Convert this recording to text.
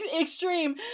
extreme